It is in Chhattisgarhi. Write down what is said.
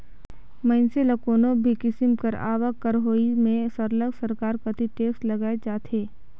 मइनसे ल कोनो भी किसिम कर आवक कर होवई में सरलग सरकार कती टेक्स लगाएच जाथे